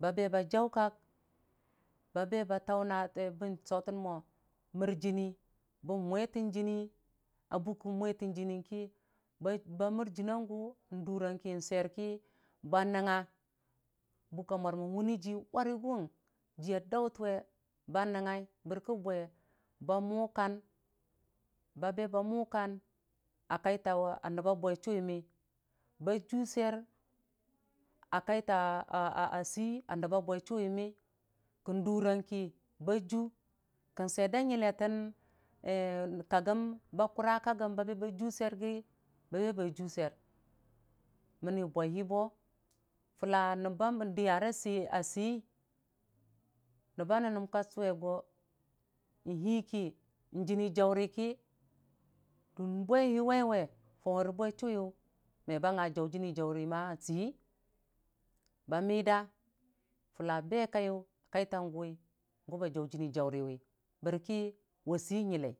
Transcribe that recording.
Babe ba jaukak ba be ba taunaate bən sotə mo mər jənni bən mulitən jənni a bʊkən mwatən jənniyang ki ba mərjina gʊ n'dʊrong ki, sweir ki ba nəngnga bʊka mwarmən wʊnni jii warə gʊ jiiya dautənwe ba nəngnga bərkə bwe ba mʊkan ba be ba mʊkan a kaitaa nəbba bwechʊwi mən ba jusweir a kaita seiya nəbba bwe chuwimmi kə durong ki baju sweir də nyiletən a kakgəm ba kura kakgən babe baju sweirki ba be ba jʊ sweir də nyiletən a kakgəm ba kʊra kakgən babe bajʊ sweirki ba be ba jʊ swir mənni bwe hii bo fulla nəbbambe dəyara sei a seiʊ nəbba nən nəm ga sʊwe go nhiiki n'jənni jauri ki dun bwehii waiwe fauwere bwe chʊwiyʊ me ba nga jau jənni jauri a seihi ba midaa fʊlla a be kaiyʊ kaitan, juwi gʊba jau jənni jauriyʊ barki wa sei nyilai